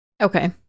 Okay